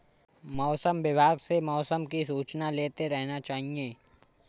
मौसम विभाग से मौसम की सूचना लेते रहना चाहिये?